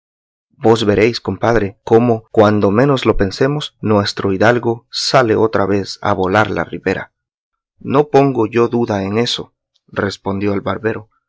vos veréis compadre cómo cuando menos lo pensemos nuestro hidalgo sale otra vez a volar la ribera no pongo yo duda en eso respondió el barbero